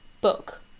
book